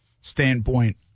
standpoint